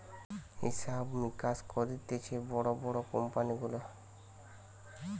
হিসাব মিকাস করতিছে বড় বড় কোম্পানি গুলার